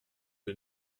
que